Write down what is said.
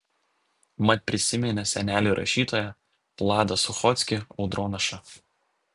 mat prisiminė senelį rašytoją vladą suchockį audronašą